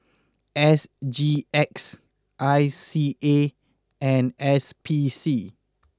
S G X I C A and S P C